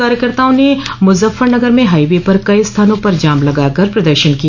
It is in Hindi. कार्यकर्ताओं ने मुजफ्फरनगर में हाईवे पर कई स्थानों पर जाम लगा कर प्रदर्शन किया